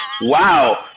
wow